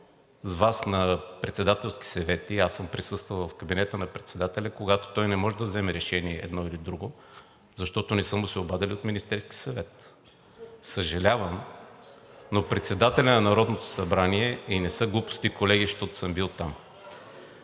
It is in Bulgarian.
с Вас на председателски съвети и аз съм присъствал в кабинета на председателя, когато той не може да вземе решение за едно или друго, защото не са му се обадили от Министерския съвет. Съжалявам, но председателят на Народното събрание… (Реплика от „Продължаваме